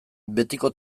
betiko